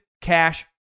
Cash